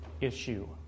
issue